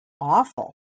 awful